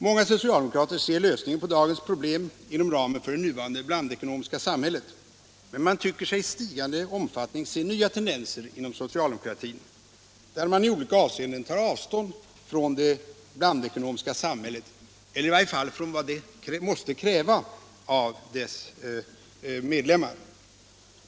Många socialdemokrater ser lösningen på dagens problem inom ramen för det nuvarande blandekonomiska samhället, men man tycker sig i stigande omfattning se nya tendenser inom socialdemokratin, där man i olika avseenden tar avstånd från det blandekonomiska samhället — eller i varje fall från vad det måste kräva av sina medlemmar.